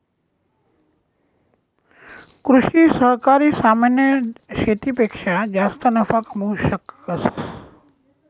कृषि सहकारी सामान्य शेतीपेक्षा जास्त नफा कमावू शकस